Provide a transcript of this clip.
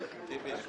אדוני.